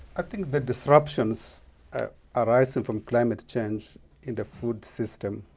i think the disruptions arising from climate change in the food system